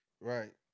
Right